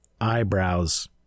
eyebrows